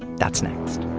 that's next